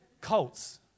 cults